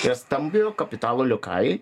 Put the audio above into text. čia stambiojo kapitalo liokajai